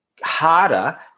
harder